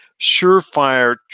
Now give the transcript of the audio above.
surefire